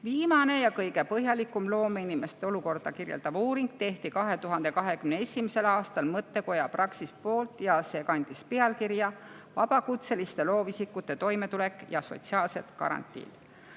Viimane ja kõige põhjalikum loomeinimeste olukorda kirjeldav uuring tehti 2021. aastal Mõttekoja Praxis poolt ja see kandis pealkirja "Vabakutseliste loovisikute toimetulek ja sotsiaalsed garantiid".